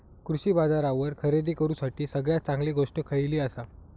कृषी बाजारावर खरेदी करूसाठी सगळ्यात चांगली गोष्ट खैयली आसा?